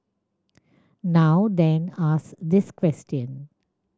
now then ask this question